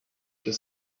had